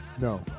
No